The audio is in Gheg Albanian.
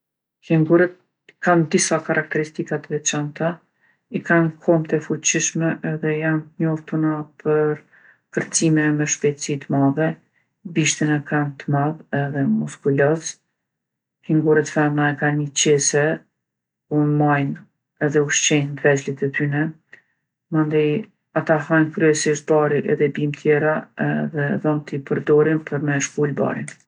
Kengurët kanë disa karakteristika t'veçanta. I kanë komt e fuqishme edhe janë t'njoftuna për kërcime me shpejtsi t'madhe. Bishtin e kanë t'madh edhe muskuloz. Kengurët femna e kanë ni qese ku i majnë edhe ushqejnë t'vegjlit e tyne. Mandej ata hajnë kryesisht bari edhe bimë tjera edhe dhomt i perdorin për me shkul barin